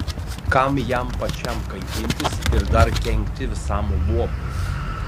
kam jam pačiam kankintis ir dar kenkti visam luomui